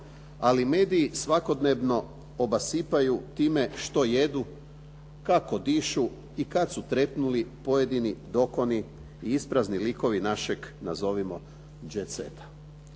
ali mediji svakodnevno obasipaju time što jedu, kako dišu i kad su trepnuli pojedini dokoni i isprazni likovi našeg, nazovimo jet seta.